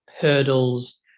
hurdles